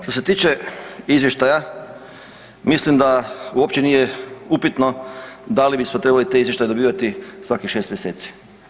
Što se tiče izvještaja mislim da uopće nije upitno da li bismo trebali taj izvještaj dobivati svakih 6 mjeseci.